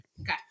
Okay